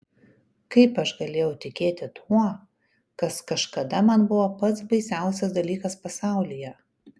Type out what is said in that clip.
kaip aš galėjau tikėti tuo kas kažkada man buvo pats baisiausias dalykas pasaulyje